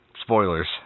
Spoilers